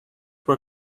were